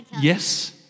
Yes